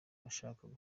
abashakaga